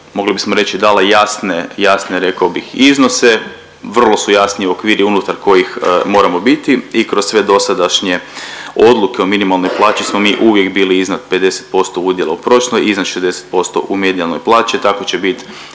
mogli bismo reći, dala jasne, jasne, rekao bih, iznose, vrlo su jasni okviri unutar kojih moramo biti i kroz sve dosadašnje odluke o minimalnoj plaći smo mi uvijek bili iznad 50% udjela u prosječnoj i iznad 60% u medijalnoj plaći. Tako će bit